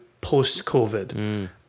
post-COVID